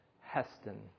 Heston